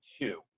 two